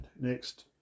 next